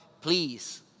please